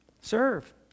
Serve